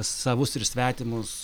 savus ir svetimus